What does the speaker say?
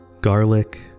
garlic